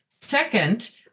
Second